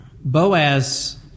Boaz